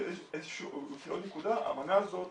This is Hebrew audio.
עוד נקודה, האמנה הזאת